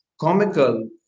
comical